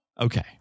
Okay